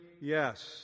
Yes